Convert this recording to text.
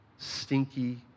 Stinky